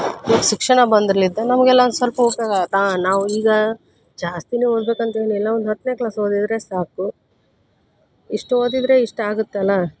ಈಗ ಶಿಕ್ಷಣ ಬಂದರ್ಲಿದ್ದ ನಮಗೆಲ್ಲ ಒಂದು ಸ್ವಲ್ಪ ಉಪಯೋಗ ಆತು ಹಾಂ ನಾವು ಈಗ ಜಾಸ್ತಿನೇ ಓದಬೇಕಂತೇನಿಲ್ಲ ಒಂದು ಹತ್ತನೇ ಕ್ಲಾಸ್ ಓದಿದರೆ ಸಾಕು ಇಷ್ಟು ಓದಿದರೆ ಇಷ್ಟು ಆಗುತ್ತಲ್ಲ